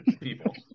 People